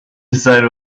decide